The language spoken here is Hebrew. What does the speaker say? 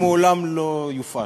הוא לעולם לא יופעל.